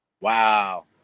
Wow